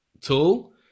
tool